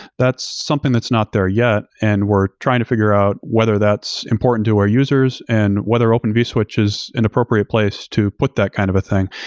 that's something that's not there yet and we're trying to f igure out whether that's important to our users and whether open vswitch is an appropriate place to put that kind of thing.